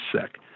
sick